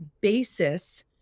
basis